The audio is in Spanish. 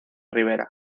rivera